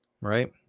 right